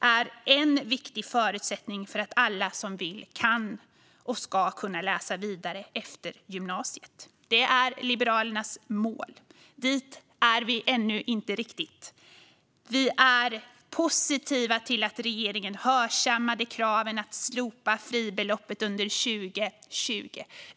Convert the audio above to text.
är viktiga förutsättningar för att alla som vill ska kunna läsa vidare efter gymnasiet. Detta är Liberalernas mål, men där är vi ännu inte riktigt. Vi är positiva till att regeringen hörsammade kraven på att slopa fribeloppet under 2020.